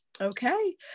Okay